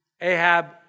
Ahab